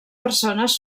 persones